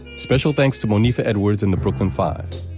special thanks to monifa edwards and the brooklyn five,